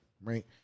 right